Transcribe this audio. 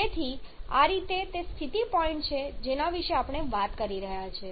તેથી આ તે સ્થિતિ પોઇન્ટ છે જેના વિશે આપણે વાત કરી રહ્યા છીએ